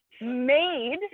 made